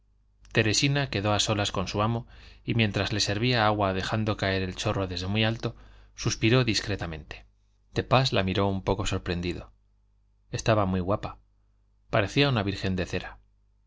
teresina quedó a solas con su amo y mientras le servía agua dejando caer el chorro desde muy alto suspiró discretamente de pas la miró un poco sorprendido estaba muy guapa parecía una virgen de cera